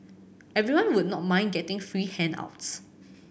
everyone would not mind getting free handouts